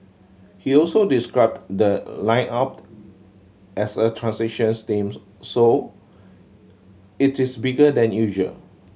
he also described the lineup as a transition teams so it is bigger than usual